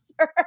sir